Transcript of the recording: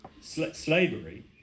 slavery